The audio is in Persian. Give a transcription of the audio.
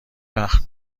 وقت